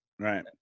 Right